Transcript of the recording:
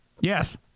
Yes